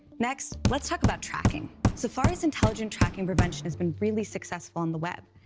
next, let's talk about tracking. safari's intelligent tracking prevention has been really successful on the web.